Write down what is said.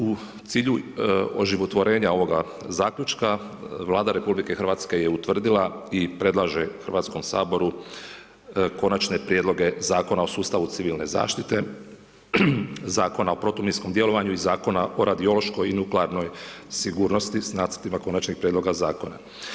U cilju oživotvorenja ovoga zaključka, Vlada Republike Hrvatske je utvrdila i predlaže hrvatskom saboru Konačne prijedloge Zakona o sustavu civilne zaštite, Zakona o protuminskom djelovanju i Zakona o radiološkoj i nuklearnoj sigurnosti s nacrtima Konačnih prijedloga Zakona.